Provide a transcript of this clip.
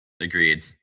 agreed